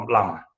Lama